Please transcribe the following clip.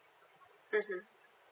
mmhmm